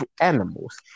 animals